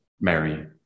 Mary